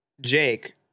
Jake